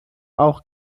auch